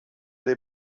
dei